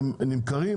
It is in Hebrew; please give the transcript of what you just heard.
אז הם מזמינים.